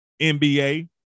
NBA